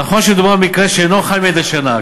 נכון שמדובר על מקרה שאינו חל מדי שנה.